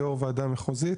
יו"ר הוועדה המחוזית,